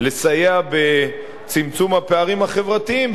לסייע בצמצום הפערים החברתיים,